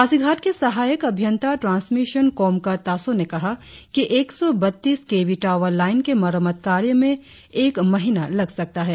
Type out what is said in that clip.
पासीघाट के सहायक अभियंता ट्रांसमिशन कोमकर तासों ने कहा कि एक सौ बत्तीस के वी टावर लाइन के मरम्मत कार्य में एक महीना लग सकता है